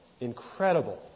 incredible